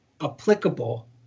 applicable